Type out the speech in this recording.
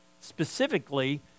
Specifically